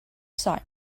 siren